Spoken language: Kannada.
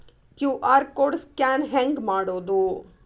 ಕ್ಯೂ.ಆರ್ ಕೋಡ್ ಸ್ಕ್ಯಾನ್ ಹೆಂಗ್ ಮಾಡೋದು?